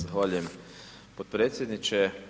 Zahvaljujem potpredsjedniče.